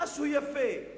משהו יפה,